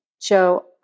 Joe